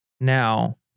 Now